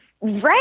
Right